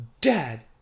Dad